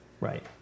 Right